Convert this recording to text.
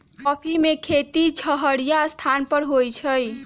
coffee में खेती छहिरा स्थान पर होइ छइ